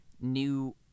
new